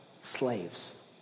slaves